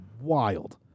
wild